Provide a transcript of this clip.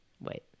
wait